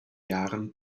jahren